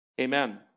Amen